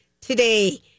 today